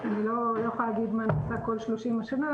אני לא יכולה להגיד מה נעשה כל 30 השנים,